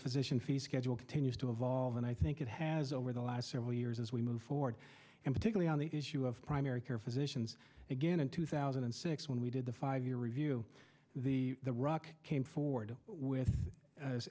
physician fee schedule continues to evolve and i think it has over the last several years as we move forward and particularly on the issue of primary care physicians again in two thousand and six when we did the five year review the rock came forward with